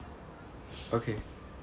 okay